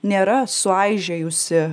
nėra suaižėjusi